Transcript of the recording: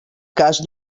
cas